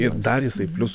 ir dar jisai plius